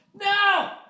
No